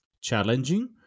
challenging